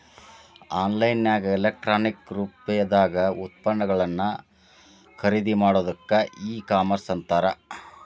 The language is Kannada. ಆನ್ ಲೈನ್ ನ್ಯಾಗ ಎಲೆಕ್ಟ್ರಾನಿಕ್ ರೂಪ್ದಾಗ್ ಉತ್ಪನ್ನಗಳನ್ನ ಖರಿದಿಮಾಡೊದಕ್ಕ ಇ ಕಾಮರ್ಸ್ ಅಂತಾರ